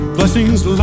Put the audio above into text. Blessings